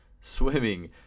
swimming